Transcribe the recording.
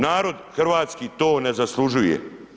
Narod hrvatski to ne zaslužuje.